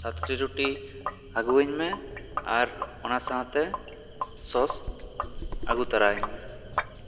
ᱥᱟᱛ ᱴᱤ ᱨᱩᱴᱤ ᱟᱹᱜᱩᱣᱟᱹᱧ ᱢᱮ ᱟᱨ ᱚᱱᱟ ᱥᱟᱶᱛᱮ ᱥᱳᱥ ᱟᱹᱜᱩ ᱛᱚᱨᱟᱣ ᱟᱹᱧ ᱢᱮ